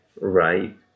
right